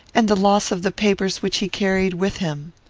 and the loss of the papers which he carried with him.